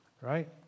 right